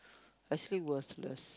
actually worthless